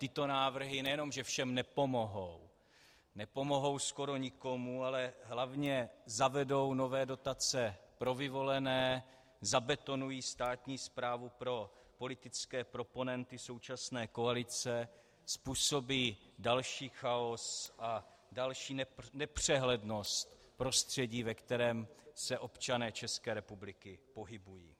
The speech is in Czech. Tyto návrhy nejen že všem nepomohou, nepomohou skoro nikomu, ale hlavně zavedou nové dotace pro vyvolené, zabetonují státní správu pro politické proponenty současné koalice, způsobí další chaos a další nepřehlednost prostředí, ve kterém se občané České republiky pohybují.